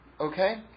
Okay